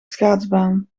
schaatsbaan